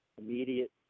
immediate